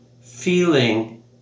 feeling